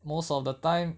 most of the time